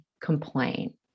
complain